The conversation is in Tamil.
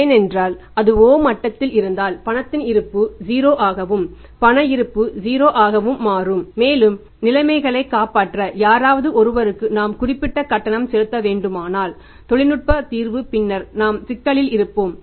ஏனென்றால் அது o மட்டத்தில் இருந்தால் பணத்தின் இருப்பு 0 ஆகவும் பண இருப்பு 0 ஆகவும் மாறும் மேலும் நிலைமையைக் காப்பாற்ற யாராவது ஒருவருக்கு நாம் குறிப்பிட்ட கட்டணம் செலுத்த வேண்டுமானால் தொழில்நுட்பத் தீர்வு பின்னர் நாம் சிக்கலில் இருப்போம்